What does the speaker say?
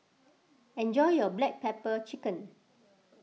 enjoy your Black Pepper Chicken